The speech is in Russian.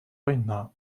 война